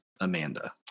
Amanda